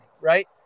right